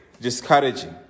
discouraging